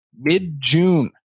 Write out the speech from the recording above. mid-june